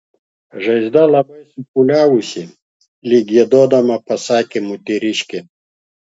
žaizda labai supūliavusi lyg giedodama pasakė moteriškė